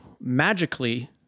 magically